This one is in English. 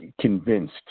convinced